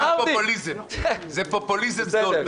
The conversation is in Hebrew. זה פופוליזם זול.